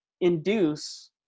induce